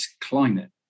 climate